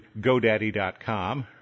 GoDaddy.com